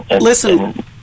Listen